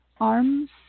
arms